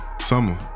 Summer